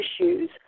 issues